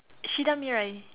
Shida Mirai